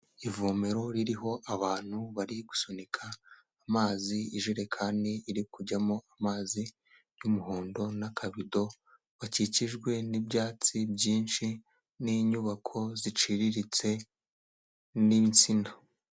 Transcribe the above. Ivomero ririho abantu bari gusunika amazi, ijerekani iri kujyamo amazi y'umuhondo n'akabido, bakikijwe n'ibyatsi byinshi n'inyubako ziciriritse n'insina.